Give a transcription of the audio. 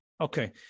okay